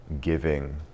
giving